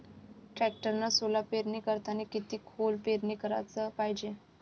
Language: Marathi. टॅक्टरनं सोला पेरनी करतांनी किती खोल पेरनी कराच पायजे?